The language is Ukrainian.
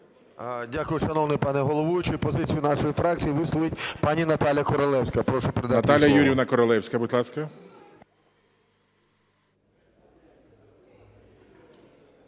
Дякую, шановний пане головуючий. Позицію нашої фракції висловить пані Наталія Королевська.